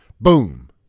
boom